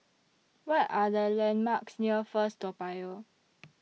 What Are The landmarks near First Toa Payoh